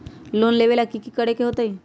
Loan लेबे ला की कि करे के होतई?